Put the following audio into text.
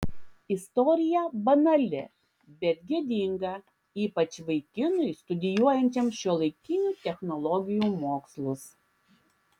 istorija banali bet gėdinga ypač vaikinui studijuojančiam šiuolaikinių technologijų mokslus